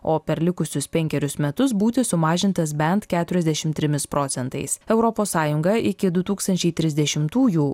o per likusius penkerius metus būti sumažintas bent keturiasdešim trimis procentais europos sąjunga iki du tūkstančiai trisdešimtųjų